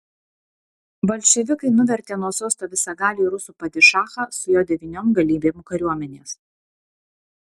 bolševikai nuvertė nuo sosto visagalį rusų padišachą su jo devyniom galybėm kariuomenės